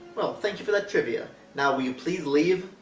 well, thank you for that trivia. now will you please leave?